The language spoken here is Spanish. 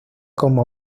como